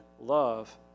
love